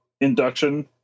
induction